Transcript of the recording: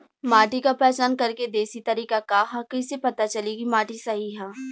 माटी क पहचान करके देशी तरीका का ह कईसे पता चली कि माटी सही ह?